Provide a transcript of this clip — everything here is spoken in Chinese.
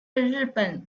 日本